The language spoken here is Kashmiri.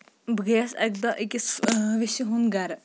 بہٕ گٔیس اَکہِ دۄہ اَکِس ویسہِ ہُند گرٕ